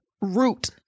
root